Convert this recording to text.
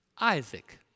Isaac